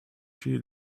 she